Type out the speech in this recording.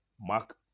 Mark